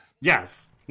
yes